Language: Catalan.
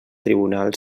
tribunal